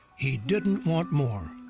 he didn't want more.